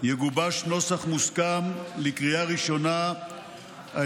יגובש נוסח מוסכם לקריאה ראשונה על